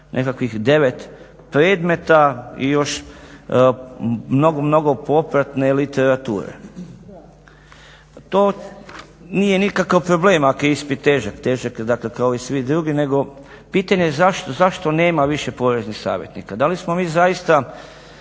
nekakvih 9 predmeta i još mnogo popratne literature. To nije nikakav problem ako je ispit težak, težak je kao i svi drugi nego pitanje je zašto nema više poreznih savjetnika. Da li smo mi zaista